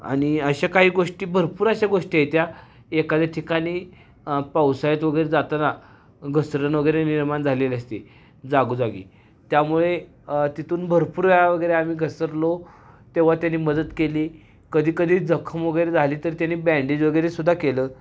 आणि अशा काही गोष्टी भरपूर अशा गोष्टी येत्या एखाद्या ठिकाणी पावसाळ्यात वगैरे जाताना घसरण वगैरे निर्माण झालेले असते जागोजागी त्यामुळे तिथून भरपूर वेळा वगैरे आम्ही घसरलो तेव्हा त्यानी मदत केली कधी कधी जखम वगैरे झाली तर त्यानी बँडेज वगैरेसुद्धा केलं